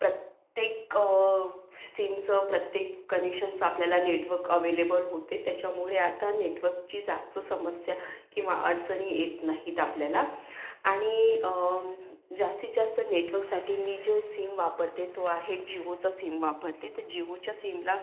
प्रत्येक सिमचं प्रत्येक कनेक्शनचं आपल्याला लेटवक अवेलेबल होते त्याच्यामुळे आता नेटवकची जास्त समस्या किंवा अडचणी येत नाहीत आपल्याला आणि जास्तीत जास्त नेटवकसाठी मी जो सिम वापरते तो आहे जिओचा सिम वापरते तर जिओच्या सिमला